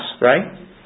right